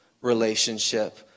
relationship